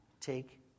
take